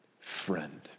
friend